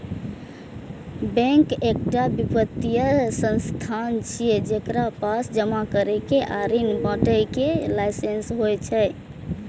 bank एकटा वित्तीय संस्थान छियै, जेकरा पास जमा करै आ ऋण बांटय के लाइसेंस होइ छै